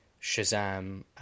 Shazam